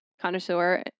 connoisseur